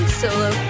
solo